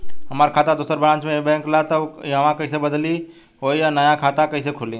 हमार खाता दोसर ब्रांच में इहे बैंक के बा त उ खाता इहवा कइसे बदली होई आ नया खाता कइसे खुली?